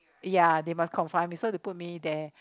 ya they must confine me so they put me there